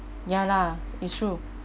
ya lah it's true